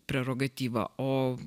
prerogatyva o